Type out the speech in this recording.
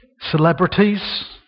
celebrities